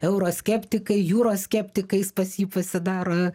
euroskeptikai jūros skeptikais pas jį pasidaro